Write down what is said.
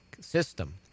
system